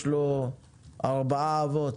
כי יש לו ארבעה אבות,